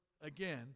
again